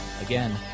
Again